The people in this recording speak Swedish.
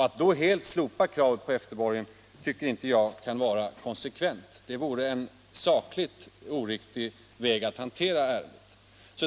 Att då helt slopa kravet på efterborgen tycker inte jag kan vara konsekvent. Det vore en sakligt oriktig väg att hantera ärendet.